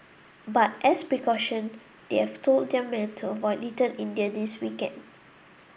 but as a precaution they have told their men to avoid Little India this weekend